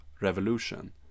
revolution